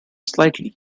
slightly